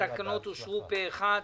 התקנות אושרו פה אחד.